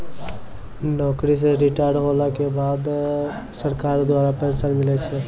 नौकरी से रिटायर होला के बाद सरकार द्वारा पेंशन मिलै छै